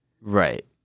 Right